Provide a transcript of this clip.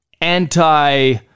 anti